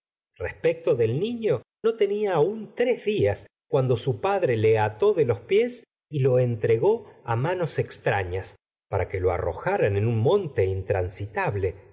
respecto del niño no tenia aún tres días cuando padre le ató de los pies y lo entregó a manos que extrañas para lo arrojaran en un monte